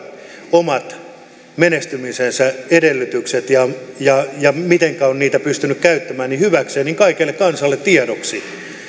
omat menestymisensä edellytykset ja ja se mitenkä on niitä pystynyt käyttämään hyväkseen kaikelle kansalle tiedoksi